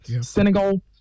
Senegal